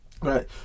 Right